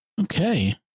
Okay